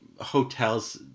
hotels